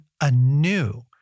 anew